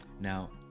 now